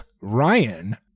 Ryan